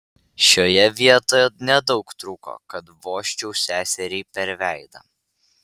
šioje vietoje nedaug trūko kad vožčiau seseriai per veidą